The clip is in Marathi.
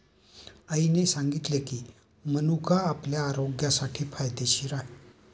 आईने सांगितले की, मनुका आपल्या आरोग्यासाठी फायदेशीर आहे